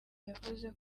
yavuze